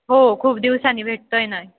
हो खूप दिवसांनी भेटतो आहे नाही